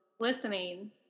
listening